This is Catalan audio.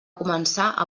començar